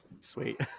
Sweet